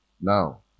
now